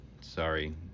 Sorry